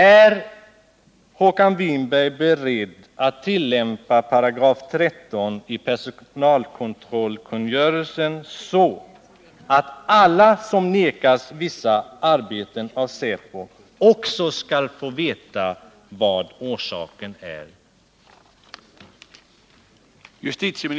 Är Håkan Winberg beredd att tillämpa 13 § i personalkontrollkungörelsen Nr 35 så, att alla som av säpo nekas vissa arbeten också får veta vilken orsaken